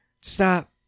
stop